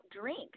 drink